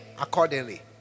accordingly